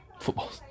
Football